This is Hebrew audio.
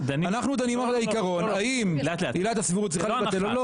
אנחנו דנים על העקרון האם עילת הסבירות צריכה להתבטל או לא.